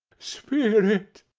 spirit!